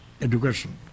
education